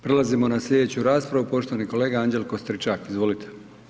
Prelazimo na slijedeću raspravu, poštovani kolega Anđelko Stričak, izvolite.